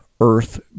Earth